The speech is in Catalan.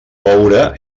coure